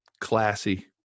Classy